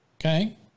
Okay